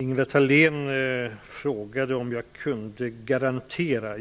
Ingela Thalén frågade om jag kunde garantera